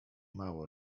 mało